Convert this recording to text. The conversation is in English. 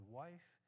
wife